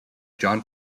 john